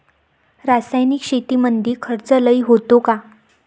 रासायनिक शेतीमंदी खर्च लई येतो का?